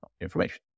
information